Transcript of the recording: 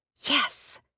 yes